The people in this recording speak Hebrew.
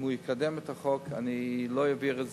אם הוא יקדם את החוק אני לא אעביר את